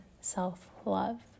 self-love